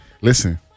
Listen